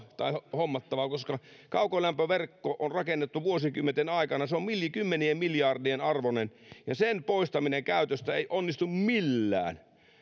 hommattava koska kaukolämpöverkko on rakennettu vuosikymmenten aikana se on kymmenien miljardien arvoinen ja sen poistaminen käytöstä ei onnistu millään